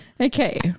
Okay